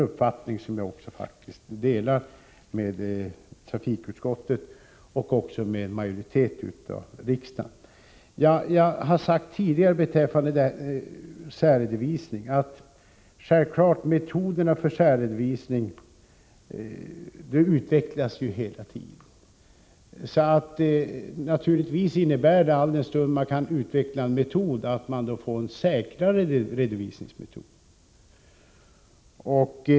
Jag delar trafikutskottets och riksdagsmajoritetens uppfattning. Jag har tidigare sagt att metoderna för särredovisning självfallet utvecklas hela tiden. Alldenstund en metod kan utvecklas innebär det naturligtvis att man kan få en säkrare redovisningsmetod.